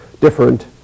different